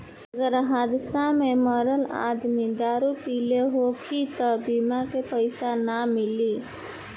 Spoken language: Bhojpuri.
अगर हादसा में मरल आदमी दारू पिले होखी त बीमा के पइसा ना मिली